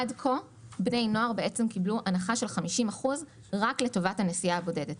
עד כה בני נוער קיבלו הנחה של 50% רק לטובת הנסיעה הבודדת.